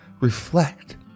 Reflect